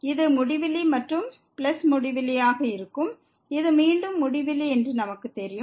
இது முடிவிலி மற்றும் பிளஸ் முடிவிலியாக இருக்கும் இது மீண்டும் முடிவிலி என்று நமக்குத் தெரியும்